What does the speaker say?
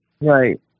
right